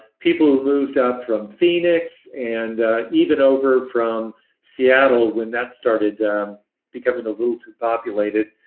people moved up from phoenix and even over from seattle when that started becoming a little too populated.